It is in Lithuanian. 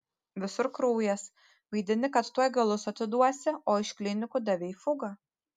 visur kraujas vaidini kad tuoj galus atiduosi o iš klinikų davei fugą